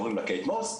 קוראים לה קיית מוס,